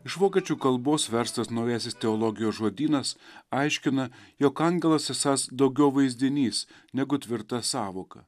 iš vokiečių kalbos verstas naujasis teologijos žodynas aiškina jog angelas esąs daugiau vaizdinys negu tvirta sąvoka